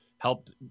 Helped